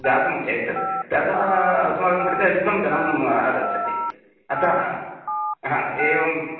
जातं चेत् तदा अस्माकं कृते अधिकं धनम् आगच्छति अतः हा एवं